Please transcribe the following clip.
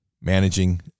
Managing